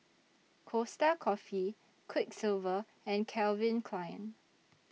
Costa Coffee Quiksilver and Calvin Klein